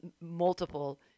multiple